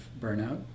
burnout